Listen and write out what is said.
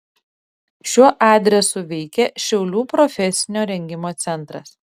šiuo adresu veikia šiaulių profesinio rengimo centras